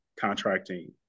contracting